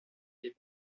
des